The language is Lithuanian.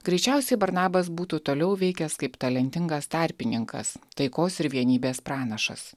greičiausiai barnabas būtų toliau veikęs kaip talentingas tarpininkas taikos ir vienybės pranašas